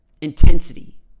intensity